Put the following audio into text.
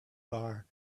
bar